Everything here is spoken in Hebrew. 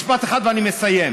משפט אחד ואני מסיים.